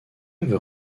veut